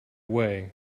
way